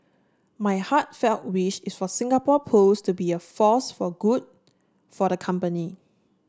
my heartfelt wish is for Singapore Pools to be a force for good for the company